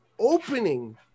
opening